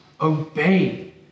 obey